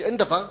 שאין דבר כזה,